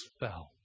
fell